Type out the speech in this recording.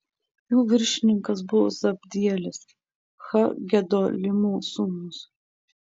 jų viršininkas buvo zabdielis ha gedolimo sūnus